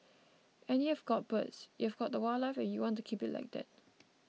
and you've got birds you've got the wildlife and you want to keep it like that